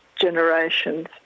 Generations